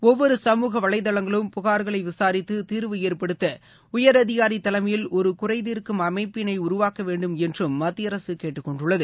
ஒவ்வொரு சமூக வளைதங்களும் புகார்களை விசாரித்து தீர்வு ஏற்படுத்த உயரதிகாரி தலைமையில் ஒரு குறைதீர்க்கும் அமைப்பினை உருவாக்க வேண்டும் என்றும் மத்திய அரசு கேட்டுக்கொண்டுள்ளது